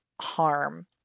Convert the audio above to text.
harm